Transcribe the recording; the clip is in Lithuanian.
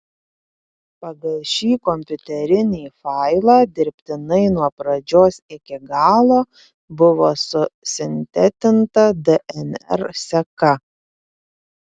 pagal šį kompiuterinį failą dirbtinai nuo pradžios iki galo buvo susintetinta dnr seka